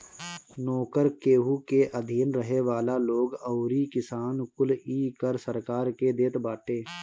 नोकर, केहू के अधीन रहे वाला लोग अउरी किसान कुल इ कर सरकार के देत बाटे